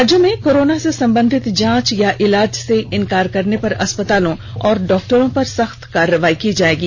राज्य में कोरोना से संबंधित जांच या इलाज से इनकार करने पर अस्पतालों और डॉक्टरों पर सख्त कार्रवाई की जायेगी